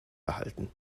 behalten